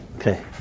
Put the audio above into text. Okay